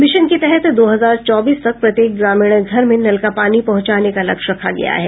mission के तहत दो हजार चौबीस तक प्रत्येक ग्रामीण घर में नल का पानी पहुंचाने का लक्ष्य रखा गया है